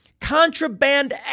Contraband